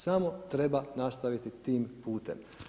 Samo treba nastaviti tim putem.